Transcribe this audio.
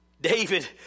David